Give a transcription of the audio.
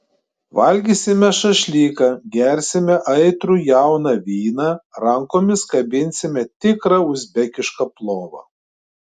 valgysime šašlyką gersime aitrų jauną vyną rankomis kabinsime tikrą uzbekišką plovą